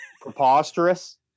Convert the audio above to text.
preposterous